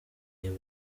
niba